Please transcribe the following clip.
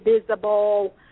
visible